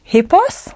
Hippos